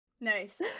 Nice